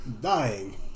Dying